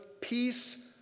peace